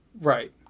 Right